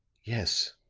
yes